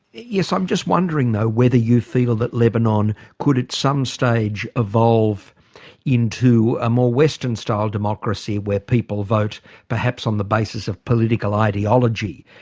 yes, i'm just wondering though whether you feel that lebanon could at some stage evolve into a more western-style democracy where people vote perhaps on the basis of political ideology,